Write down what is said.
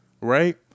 right